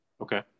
Okay